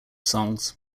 songs